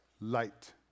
Light